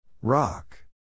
Rock